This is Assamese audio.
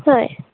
হয়